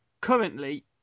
currently